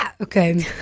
Okay